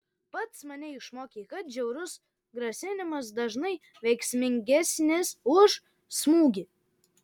pats mane išmokei kad žiaurus grasinimas dažnai veiksmingesnis už smūgį